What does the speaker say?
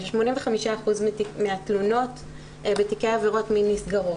85% מהתלונות בתיקי עבירות מין נסגרות,